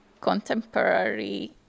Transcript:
contemporary